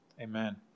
amen